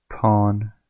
Pawn